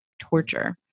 torture